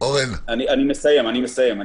אני ממש מסיים.